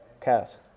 cast